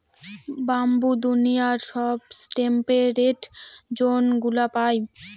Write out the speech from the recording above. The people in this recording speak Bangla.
ব্যাম্বু দুনিয়ার সব টেম্পেরেট জোনগুলা পায়